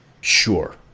Sure